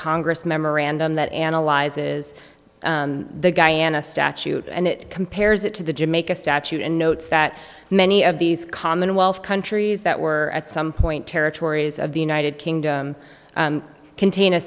congress memorandum that analyzes the guyana statute and it compares it to the jamaica statute and notes that many of these commonwealth countries that were at some point territories of the united kingdom contain a